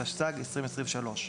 התשס"ג-2023".